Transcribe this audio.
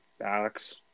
Alex